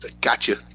Gotcha